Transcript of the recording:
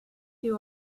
you